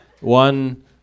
One